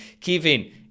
Kevin